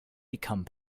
become